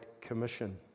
Commission